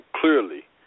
clearly